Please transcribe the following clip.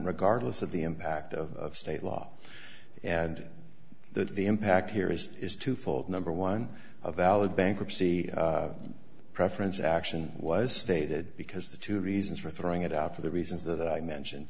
regardless of the impact of state law and the impact here is is twofold number one of al of bankruptcy preference action was stated because the two reasons for throwing it out for the reasons that i mentioned